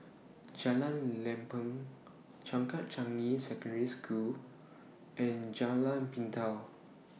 Jalan Lempeng Changkat Changi Secondary School and Jalan Pintau